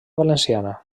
valenciana